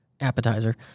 appetizer